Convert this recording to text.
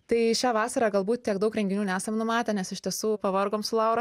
tai šią vasarą galbūt tiek daug renginių nesam numatę nes iš tiesų pavargom su laura